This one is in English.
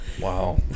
wow